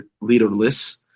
leaderless